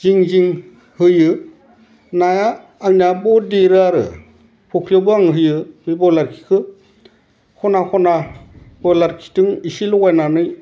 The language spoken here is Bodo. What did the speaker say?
जिं जिं होयो नाया आंनिया बहत देरो आरो फख्रियाव आं होयो बे ब्रयलार खिखो खना खना ब्रयलार खिजों एसे लगायनानै